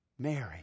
Mary